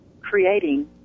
creating